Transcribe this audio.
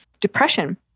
depression